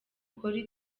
kuri